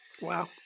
Wow